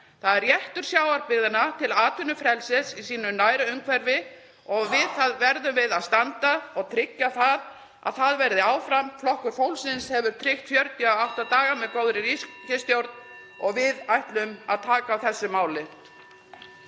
Það er réttur sjávarbyggðanna til atvinnufrelsis í sínu nærumhverfi og við það verðum við að standa og tryggja að það verði áfram. Flokkur fólksins hefur tryggt 48 daga (Forseti hringir.) með góðri ríkisstjórn og við ætlum að taka á þessu máli.